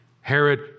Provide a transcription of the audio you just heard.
Herod